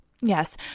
Yes